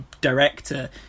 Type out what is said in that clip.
director